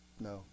No